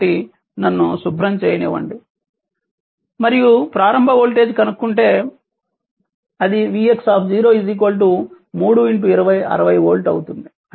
కాబట్టి నన్ను శుభ్రం చేయనివ్వండి మరియు ప్రారంభ వోల్టేజ్ కనుక్కుంటే అది vx 3 20 60 వోల్ట్ అవుతుంది